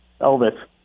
Elvis